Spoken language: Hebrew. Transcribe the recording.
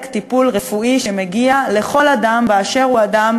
טיפול רפואי שמגיע לכל אדם באשר הוא אדם,